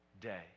day